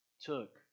took